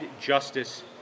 justice